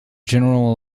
general